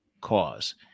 cause